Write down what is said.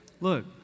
Look